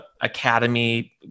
academy